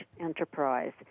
enterprise